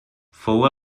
fou